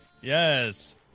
yes